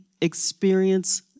experience